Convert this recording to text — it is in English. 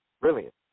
brilliant